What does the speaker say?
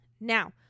Now